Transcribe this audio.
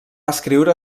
escriure